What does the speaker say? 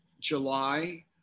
July